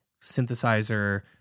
synthesizer